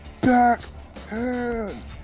Backhand